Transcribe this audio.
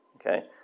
okay